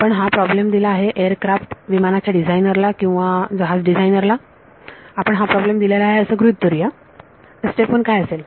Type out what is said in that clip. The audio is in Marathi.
आपण हा प्रॉब्लेम दिला आहे एअरक्राफ्ट विमानाच्या डिझायनरला किंवा जहाज डिझायनरला आपण हा प्रॉब्लेम दिलेला आहे असं गृहीत धरू या तर स्टेप 1 काय असेल